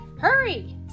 Hurry